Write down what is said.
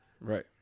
Right